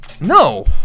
No